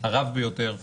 הרב ביותר בחוק-היסוד,